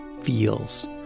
feels